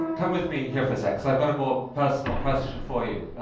come with me here for a sec, because i've got a more personal question for you.